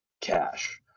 cash